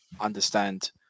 understand